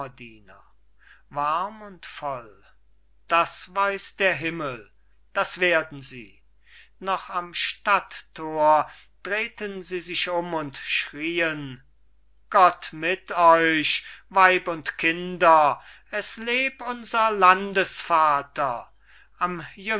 das weiß der himmel das werden sie noch am stadtthor drehten sie sich um und schrieen gott mit euch weib und kinder es leb unser